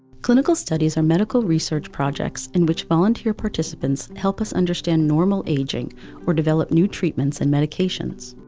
clinical studies are medical research projects in which volunteer participants help us understand normal aging or develop new treatments and medications.